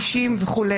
60 וכו',